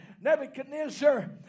Nebuchadnezzar